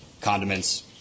condiments